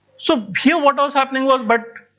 so here what was happening was but